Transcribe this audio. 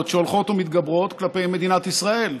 שהולכות ומתגברות כלפי מדינת ישראל,